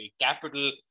capital